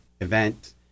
event